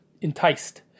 enticed